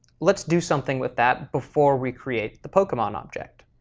let's do something with that before we create the pokemon object.